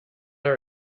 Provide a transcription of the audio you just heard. our